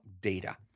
data